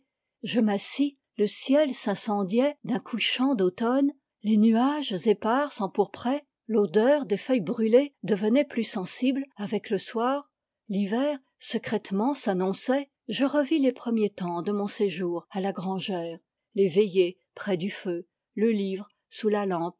je m'assis le ciel s'incendiait d'un couchant d'automne les nuages épars s'empourpraient l'odeur des feuilles brûlées devenait plus sensible avec le soir l'hiver secrètement s'annonçait je revis les premiers temps de mon séjour à la grangère les veillées près du feu le livre sous la lampe